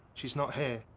she's not here.